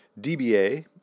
DBA